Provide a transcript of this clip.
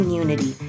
unity